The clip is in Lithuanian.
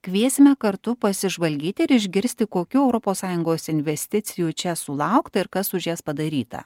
kviesime kartu pasižvalgyti ir išgirsti kokių europos sąjungos investicijų čia sulaukta ir kas už jas padaryta